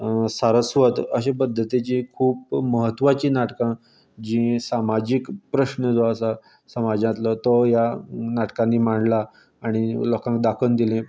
सारस्वत अशे पध्दतिचीं खूब म्हत्वाचीं नाटकां जी सामाजीक प्रस्न जो आसा समाजांतलो तो ह्या नाटकांनी मांडला आनी लोकांक दाखोवन दिलें